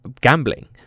gambling